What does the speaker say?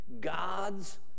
God's